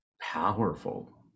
powerful